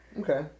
Okay